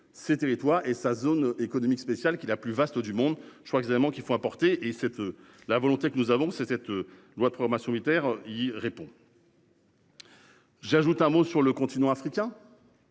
ses territoires et sa zone économique spéciale qui la plus vaste du monde. Je crois que vraiment qu'il faut apporter et 7 la volonté que nous avons c'est cette loi de programmation militaire, il répond. J'ajoute un mot sur le continent africain.